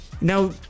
now